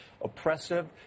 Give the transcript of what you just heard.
oppressive